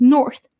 North